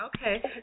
Okay